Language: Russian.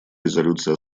резолюция